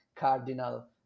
cardinal